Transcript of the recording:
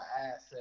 asset